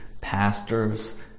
pastors